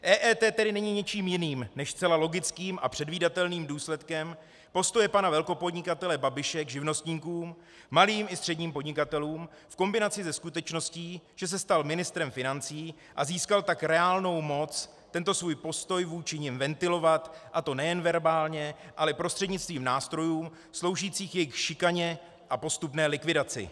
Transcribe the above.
EET tedy není ničím jiným než zcela logickým a předvídatelným důsledkem postoje pana velkopodnikatele Babiše k živnostníkům, malým i středním podnikatelům, v kombinaci se skutečností, že se stal ministrem financí, a získal tak reálnou moc tento svůj postoj vůči nim ventilovat, a to nejen verbálně, ale prostřednictvím nástrojů sloužících k jejich šikaně a postupné likvidaci.